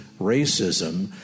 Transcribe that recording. racism